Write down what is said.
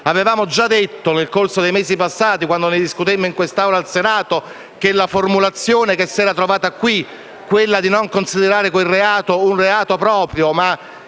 Avevamo già detto, nel corso dei mesi passati, quando ne discutemmo in quest'Aula al Senato, come la formulazione che si era trovata qui, quella di non considerare quel reato quale reato proprio ma